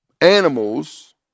animals